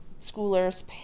schooler's